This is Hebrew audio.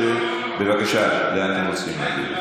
לא לא, בבקשה, לאן אתם רוצים להעביר?